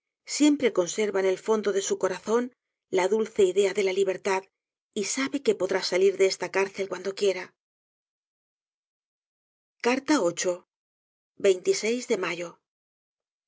siempre conserva en el fondo de su corazón la dulce idea de la libertad y sabe que podrá salir de esta cárcel cuando quiera de mayo